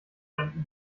ein